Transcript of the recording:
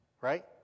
right